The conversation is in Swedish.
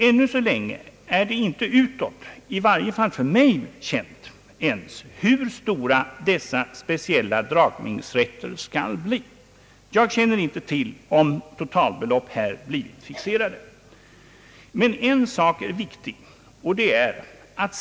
Ännu så länge är det inte utåt — i varje fall inte för mig — bekant hur stora dessa speciella dragningsrätter skall bli. Jag känner inte till om total belopp här blivit fixerade. Men en sak är viktig.